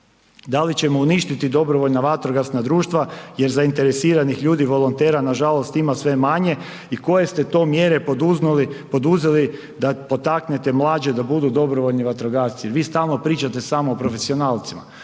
Da li ćemo uništiti dobrovoljna vatrogasna društva jer zainteresiranih ljudi, volontera nažalost ima sve manje i koje ste to mjere poduzeli da potaknete mlađe da budu dobrovoljni vatrogasci? Vi stalno pričate samo o profesionalcima,